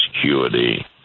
security